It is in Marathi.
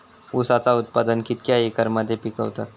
ऊसाचा उत्पादन कितक्या एकर मध्ये पिकवतत?